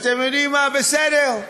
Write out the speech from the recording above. אתם יודעים מה, בסדר.